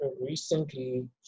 recently